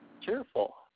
Cheerful